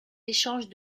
échanges